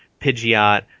Pidgeot